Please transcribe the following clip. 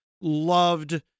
loved